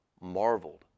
marveled